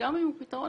שגם אם הוא פתרון